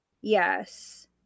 Yes